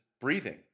Breathing